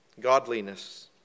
godliness